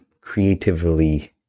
creatively